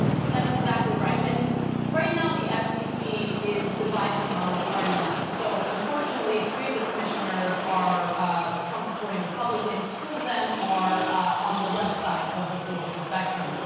that's exactly right and right now the ah fcc is divided among party lines so unfortunately three of the commissioners are ah trump supporting republicans, two of them are on the left side of the political spectrum.